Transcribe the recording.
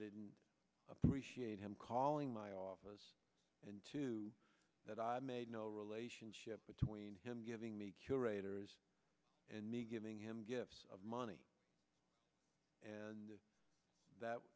didn't appreciate him calling my office and to that i made no relationship between him giving me curators and me giving him gifts of money and that